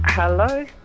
Hello